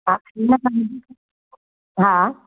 हा न हा